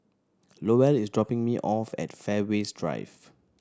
Lowell is dropping me off at Fairways Drive